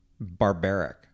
barbaric